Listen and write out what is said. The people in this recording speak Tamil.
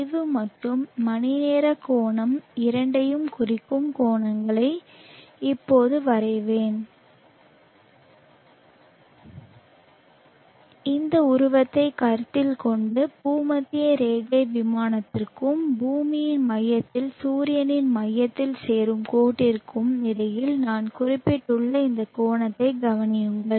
சரிவு மற்றும் மணிநேர கோணம் இரண்டையும் குறிக்கும் கோணங்களை இப்போது வரைவேன் இந்த உருவத்தை கருத்தில் கொண்டு பூமத்திய ரேகை விமானத்திற்கும் பூமியின் மையத்தில் சூரியனின் மையத்தில் சேரும் கோட்டிற்கும் இடையில் நான் குறிப்பிட்டுள்ள இந்த கோணத்தைக் கவனியுங்கள்